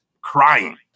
crying